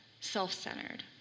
self-centered